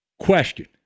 Question